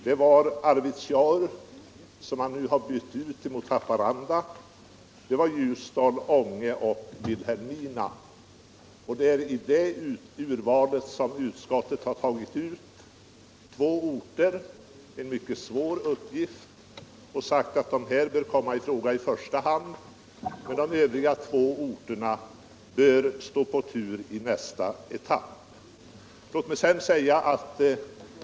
Det var Arvidsjaur — som nu bytts ut mot Haparanda -—, Ljusdal, Ånge och Vilhelmina. Det är från detta urval som utskottet tagit ut två orter — en mycket svår uppgift — och sagt att Ljusdal och Haparanda bör komma i fråga i första hand men att de övriga två orterna bör stå på tur i nästa etapp.